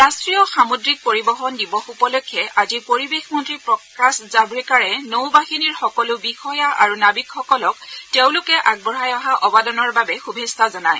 ৰাষ্ট্ৰীয় সামুদ্ৰিক পৰিবহন দিৱস উপলক্ষে আজি পৰিৱেশ মন্ত্ৰী প্ৰকাশ জাভাড়েকাৰ নৌ বাহিনীৰ সকলো বিষয়া আৰু নাৱিকসকলক তেওঁলোকে আগবঢ়াই অহা অৱদানৰ বাবে শুভেচ্ছা জনায়